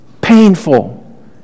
painful